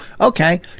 Okay